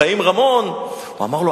מר עופר עיני,